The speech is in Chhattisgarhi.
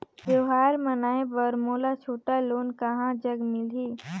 त्योहार मनाए बर मोला छोटा लोन कहां जग मिलही?